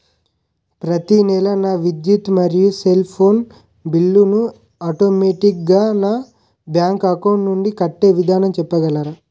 ప్రతి నెల నా విద్యుత్ మరియు సెల్ ఫోన్ బిల్లు ను ఆటోమేటిక్ గా నా బ్యాంక్ అకౌంట్ నుంచి కట్టే విధానం చెప్పగలరా?